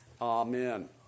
Amen